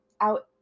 out